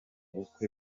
bukwe